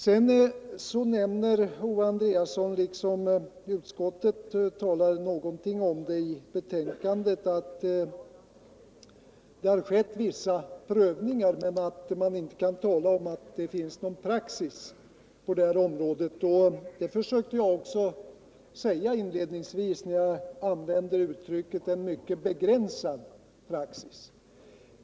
Owe Andréasson sade vidare, och det står också i betänkandet, att det skett vissa prövningar men att det inte går att tala om praxis på området. Inledningsvis försökte jag säga detsamma när jag använde uttrycket ”en mycket begränsad praxis”.